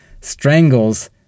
strangles